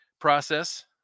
process